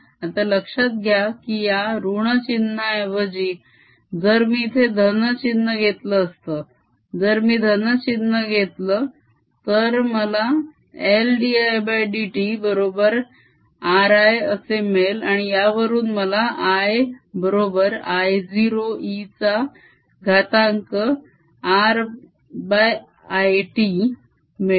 आता लक्षात घ्या की या ऋण चिन्हाऐवजी जर मी इथे धन चिन्ह घेतलं जर मी धन चिन्ह घेतलं तर मला L dIdt बरोबर rI असे मिळेल आणि यावरून मला I बरोबर I0 eचा घातांक rl t मिळेल